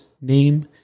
name